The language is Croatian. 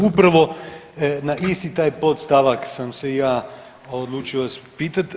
Upravo na isti taj podstavak sam se i ja odlučio vas pitat.